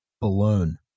balloon